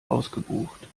ausgebucht